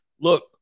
Look